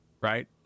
right